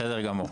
בסדר גמור.